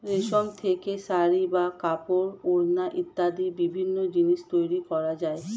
রেশম থেকে শাড়ী বা কাপড়, ওড়না ইত্যাদি বিভিন্ন জিনিস তৈরি করা যায়